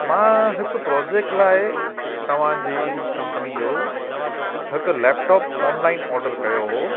मां हिकु प्रोजेक्ट लाइ तव्हांजी कंपनी जो हिकु लैपटॉप ऑनलाइन ऑडर कयो हुओ